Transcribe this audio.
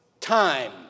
time